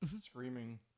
screaming